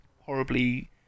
horribly